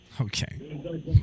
Okay